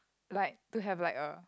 like to have like a